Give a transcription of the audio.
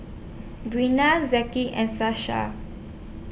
Briana Zackery and Sasha